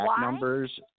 numbers